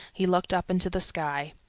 he looked up into the sky.